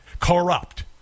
Corrupt